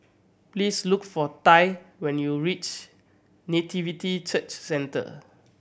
please look for Tai when you reach Nativity Church Centre